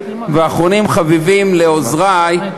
ואחרונים חביבים עוזרי,